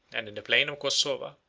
and in the plain of cossova,